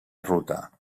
ruta